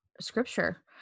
scripture